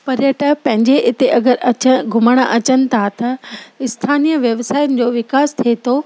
पर्यटक पंहिंजे इते अगरि अच घुमण अचनि था त स्थानीय व्यवसायन जो विकास थिए थो